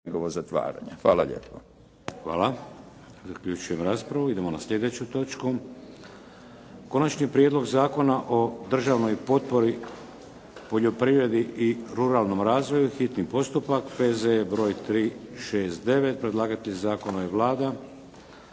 (HDZ)** Hvala. Zaključujem raspravu. **Bebić, Luka (HDZ)** Prelazimo na Konačni prijedlog zakona o državnoj potpori, poljoprivredi i ruralnom razvoju, bio je hitni postupak, P.Z.E. br. 369, predlagatelj Zakona je Vlada